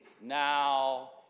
now